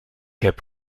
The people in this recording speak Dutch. heb